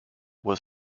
was